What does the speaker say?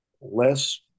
less